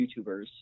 YouTubers